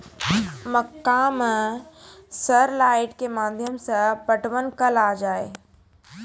मक्का मैं सर लाइट के माध्यम से पटवन कल आ जाए?